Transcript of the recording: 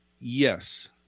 Yes